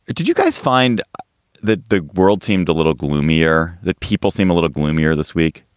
did you guys find that the world seemed a little gloomier, that people seem a little gloomier this week?